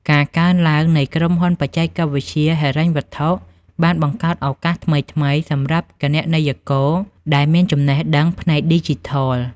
ការកើនឡើងនៃក្រុមហ៊ុនបច្ចេកវិទ្យាហិរញ្ញវត្ថុ បានបង្កើតឱកាសថ្មីៗសម្រាប់គណនេយ្យករដែលមានចំណេះដឹងផ្នែកឌីជីថល។